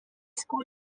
school